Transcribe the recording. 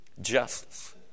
justice